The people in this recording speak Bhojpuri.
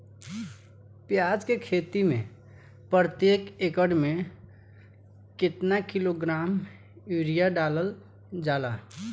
प्याज के खेती में प्रतेक एकड़ में केतना किलोग्राम यूरिया डालल जाला?